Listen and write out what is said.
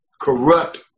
Corrupt